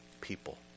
people